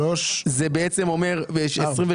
בעצם אומר 23',